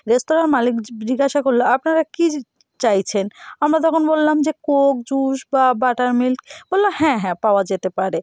রেস্তোরাঁর মালিক জিজ্ঞাসা করল আপনারা কি জিনিস চাইছেন আমরা তখন বললাম যে কোক জুস বা বাটার মিল্ক বললো হ্যাঁ হ্যাঁ পাওয়া যেতে পারে